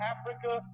Africa